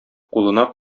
кулына